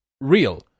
real